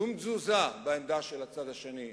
שום תזוזה בעמדה של הצד השני.